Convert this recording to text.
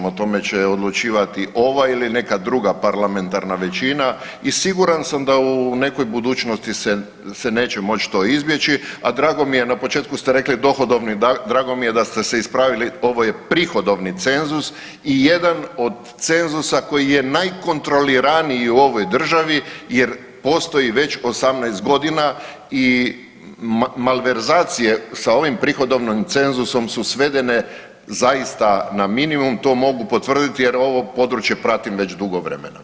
O tome će odlučivati ova ili neka druga parlamentarna većina i siguran sam da u nekoj budućnosti se neće moći to izbjeći, a drago mi je, na početku ste rekli, dohodovni, drago mi je da ste se ispravili, ovo je prihodovni cenzus i jedan od cenzusa koji je najkontroliraniji u ovoj državi, jer postoji već 18 godina i malverzacije sa ovim prihodovnim cenzusom su svedene zaista na minimum, to mogu potvrditi jer ovo područje pratim već dugo vremena.